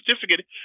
certificate